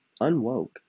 unwoke